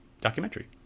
documentary